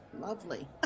Lovely